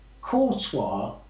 Courtois